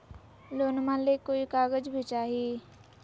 लोनमा ले कोई कागज भी चाही?